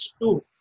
two